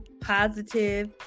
positive